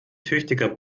tüchtiger